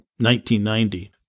1990